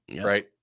Right